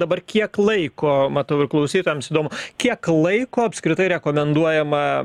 dabar kiek laiko matau ir klausytojams įdomu kiek laiko apskritai rekomenduojama